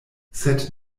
sed